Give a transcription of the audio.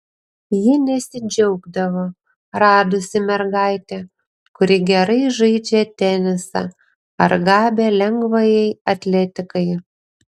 ji nesidžiaugdavo radusi mergaitę kuri gerai žaidžia tenisą ar gabią lengvajai atletikai